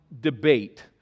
debate